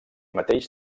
mateix